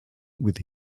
with